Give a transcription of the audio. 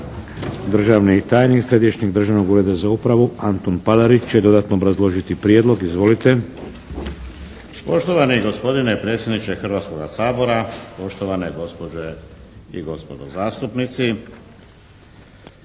Državni tajnik Središnjeg državnog ureda za upravu Antun Palarić će dodatno obrazložiti prijedlog. Izvolite. **Palarić, Antun** Poštovani gospodine predsjedniče Hrvatskoga sabora, poštovane gospođe i gospodo zastupnici.